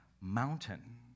mountain